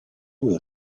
will